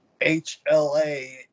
HLA